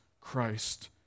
Christ